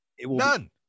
None